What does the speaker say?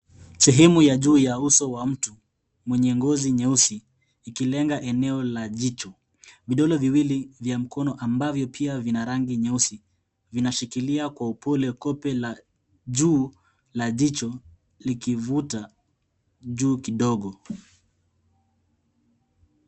Sehemu ya juu ya uso wa mtu mwenye ngozi nyeusi ikilenga eneo la jicho. Vidole viwili vya mikono ambavyo pia vina rangi nyeusi vinashikilia kwa upole kope la juu la jicho likivuta juu kidogo.